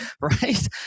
right